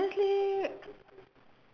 honestly